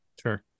Sure